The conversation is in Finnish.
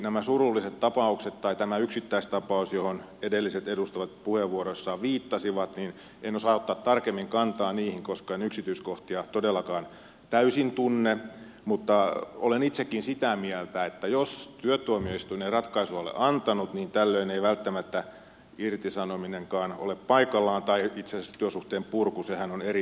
näihin surullisiin tapauksiin tai tähän yksittäistapaukseen johon edelliset edustajat puheenvuoroissaan viittasivat en osaa ottaa tarkemmin kantaa koska en yksityiskohtia todellakaan täysin tunne mutta olen itsekin sitä mieltä että jos työtuomioistuin ei ratkaisua ole antanut niin tällöin ei välttämättä irtisanominenkaan ole paikallaan tai itse asiassa työsuhteen purku sehän on eri asia